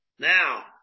now